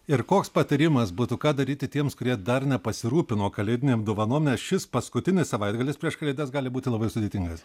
ir koks patarimas būtų ką daryti tiems kurie dar nepasirūpino kalėdinėm dovanom nes šis paskutinis savaitgalis prieš kalėdas gali būti labai sudėtingas